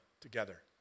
together